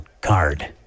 card